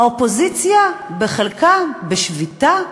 האופוזיציה בחלקה בשביתה?